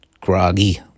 groggy